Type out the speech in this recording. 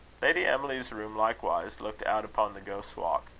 lady emily's room likewise looked out upon the ghost's walk.